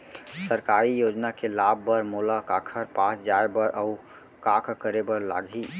सरकारी योजना के लाभ बर मोला काखर पास जाए बर अऊ का का करे बर लागही?